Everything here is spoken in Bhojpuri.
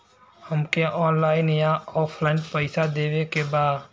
हमके ऑनलाइन या ऑफलाइन पैसा देवे के बा?